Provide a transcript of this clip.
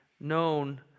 known